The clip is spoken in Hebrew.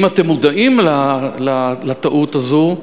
אם אתם מודעים לטעות הזאת?